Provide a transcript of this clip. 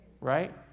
right